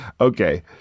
Okay